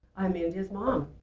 i'm india's mom.